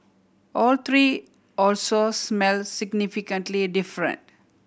all three also smell significantly different